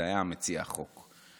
מציע החוק.